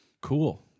Cool